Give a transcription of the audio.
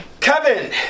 Kevin